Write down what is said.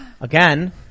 Again